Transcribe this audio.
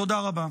תודה רבה.